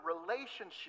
relationship